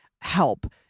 help